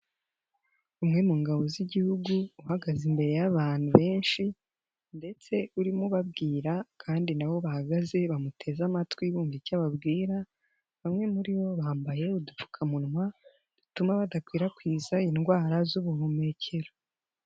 Umwe mu ngabo z'igihugu, uhagaze imbere y'abantu benshi ndetse urimo ubabwira kandi nabo bahagaze bamuteze amatwi bummva icyo ababwira, bamwe muribo bambaye udupfukamunwa, dutuma badakwirakwiza indwara z'ubuhumekero.